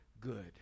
good